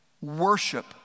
Worship